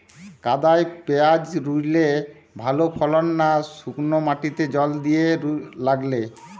কাদায় পেঁয়াজ রুইলে ভালো ফলন না শুক্নো মাটিতে জল দিয়ে লাগালে?